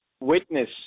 witness